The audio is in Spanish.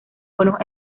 buenos